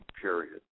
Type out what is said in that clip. period